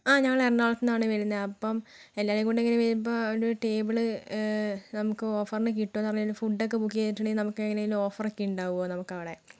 ആ ഞങ്ങൾ എറണാകുളത്ത്ന്നാണ് വരുന്നത് അപ്പം എല്ലാവരും കൂടി ഇങ്ങനേ വരുമ്പോൾ ഒരു ടേബിള് നമുക്ക് ഓഫറിന് കിട്ടുമോ എന്നറിഞ്ഞിട്ട് ഫുഡ് ഒക്കെ ബുക്ക് ചെയ്തിട്ടുണ്ടെങ്കിൽ നമുക്കെങ്ങനെയെങ്കിലും ഓഫർ ഒക്കെ ഉണ്ടാകുമോ നമുക്കവിടെ